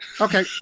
Okay